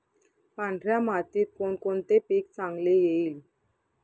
पांढऱ्या मातीत कोणकोणते पीक चांगले येईल?